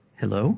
hello